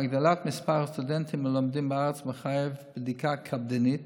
הגדלת מספר הסטודנטים הלומדים בארץ מחייבת בדיקה קפדנית